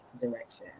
direction